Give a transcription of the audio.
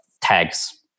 tags